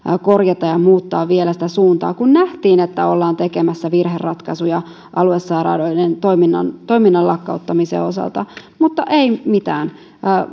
korjata ja muuttaa vielä suuntaa kun nähtiin että ollaan tekemässä virheratkaisuja aluesairaaloiden toiminnan toiminnan lakkauttamisen osalta mutta ei mitään